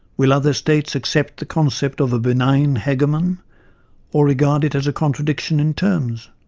will other states accept the concept of a benign hegemon or regard it as a contradiction in terms?